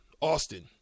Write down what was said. Austin